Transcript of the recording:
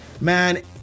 man